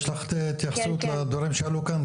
יש לך התייחסות לדברים שעלו כאן?